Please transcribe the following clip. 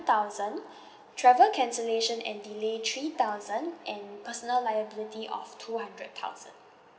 thousand travel cancellation and delay three thousand and personal liability of two hundred thousand